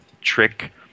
trick